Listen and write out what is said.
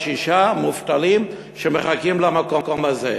לכל מקום עבודה יש לך שישה מובטלים שמחכים למקום הזה.